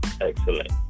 Excellent